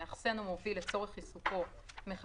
המאחסן או מוביל לצורך עיסוקו של גז בידי